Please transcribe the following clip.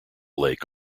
lake